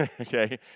okay